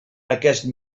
aquest